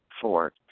Four